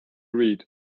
read